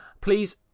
Please